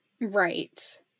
Right